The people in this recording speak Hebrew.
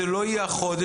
זה לא יהיה החודש,